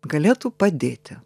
galėtų padėti